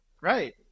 Right